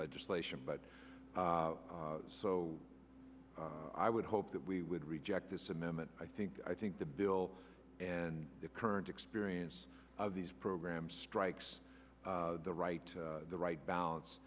legislation but so i would hope that we would reject this amendment i think i think the bill and the current experience of these programs strikes the right the right balance